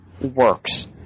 works